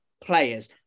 players